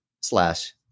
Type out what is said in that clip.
slash